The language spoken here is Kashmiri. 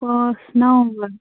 پانٛژھ نو لَچھ